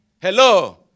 Hello